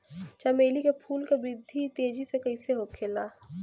चमेली क फूल क वृद्धि तेजी से कईसे होखेला?